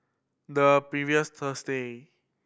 the previous Thursday